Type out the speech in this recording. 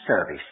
service